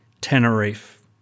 Tenerife